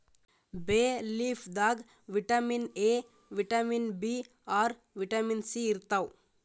ಬೇ ಲೀಫ್ ದಾಗ್ vitamin A, vitamin B ಆರ್, ವಿಟಮಿನ್ ಸಿ ಇರ್ತವ್